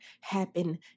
happen